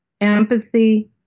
empathy